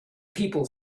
people